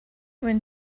when